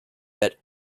that